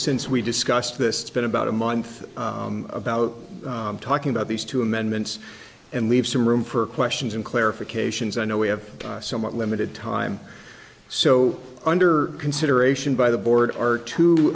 since we discussed this been about a month about talking about these two amendments and leave some room for questions and clarifications i know we have somewhat limited time so under consideration by the board are t